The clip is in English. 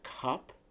cup